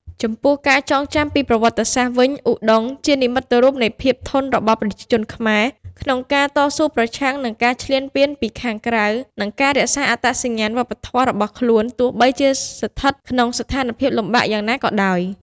ចំពោះការចងចាំពីប្រវត្តិសាស្ត្រវិញ ឧដុង្គជានិមិត្តរូបនៃភាពធន់របស់ប្រជាជនខ្មែរក្នុងការតស៊ូប្រឆាំងនឹងការឈ្លានពានពីខាងក្រៅ និងការរក្សាអត្តសញ្ញាណវប្បធម៌របស់ខ្លួន ទោះបីជាស្ថិតក្នុងស្ថានភាពលំបាកយ៉ាងណាក៏ដោយ។